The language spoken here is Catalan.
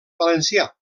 valencià